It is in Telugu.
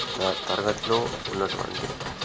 త తరగతిలో ఉన్నటువంటి